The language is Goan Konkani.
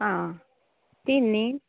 आं तीन न्ही